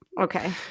Okay